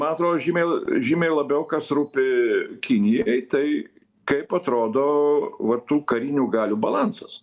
man atrodo žymiai žymiai labiau kas rūpi kinijai tai kaip atrodo va tų karinių galių balansas